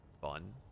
fun